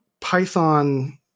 Python